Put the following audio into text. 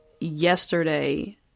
yesterday